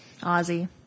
Ozzy